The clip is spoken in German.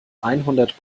einhundert